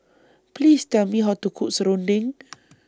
Please Tell Me How to Cook Serunding